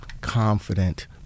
confident